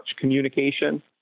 communication